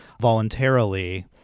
voluntarily